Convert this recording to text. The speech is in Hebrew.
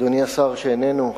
אדוני השר שאיננו,